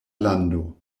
lando